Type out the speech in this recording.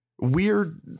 weird